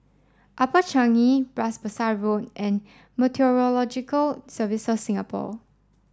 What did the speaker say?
Upper Changi Bras Basah Road and Meteorological Services Singapore